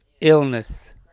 illness